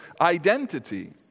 identity